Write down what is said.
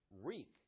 reek